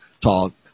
talk